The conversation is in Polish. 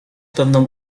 pewną